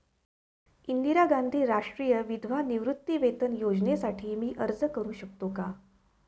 इंदिरा गांधी राष्ट्रीय विधवा निवृत्तीवेतन योजनेसाठी मी अर्ज करू शकतो?